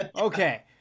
Okay